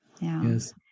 Yes